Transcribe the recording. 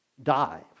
die